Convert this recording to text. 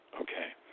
okay